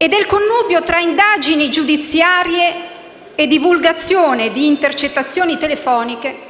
e del connubio fra indagini giudiziarie e divulgazione di intercettazioni telefoniche,